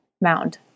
mound